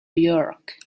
york